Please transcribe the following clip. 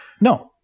No